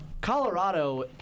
Colorado